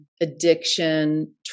addiction